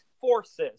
forces